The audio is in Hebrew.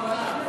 בכוונה.